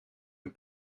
een